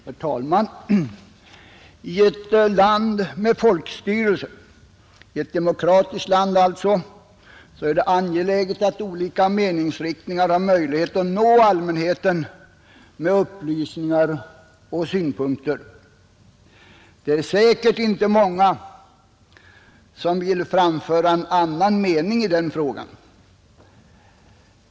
Herr talman! I ett land med folkstyrelse — i ett demokratiskt land alltså — är det angeläget att olika meningsriktningar har möjlighet att nå allmänheten med upplysningar och synpunkter. Det är säkert inte många som vill framföra en annan mening i den frågan.